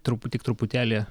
truputį tik truputėlį